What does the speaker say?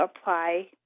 apply